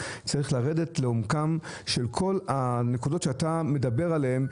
צריך לרדת לעומקן של כל הנקודות שאתה מדבר עליהן,